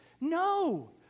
no